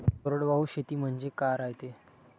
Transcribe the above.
कोरडवाहू शेती म्हनजे का रायते?